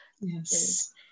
Yes